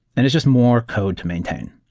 and it's just more code to maintain.